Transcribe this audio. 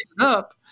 up